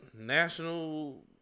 National